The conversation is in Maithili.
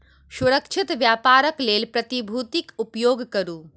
सुरक्षित व्यापारक लेल प्रतिभूतिक उपयोग करू